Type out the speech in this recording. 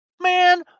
Man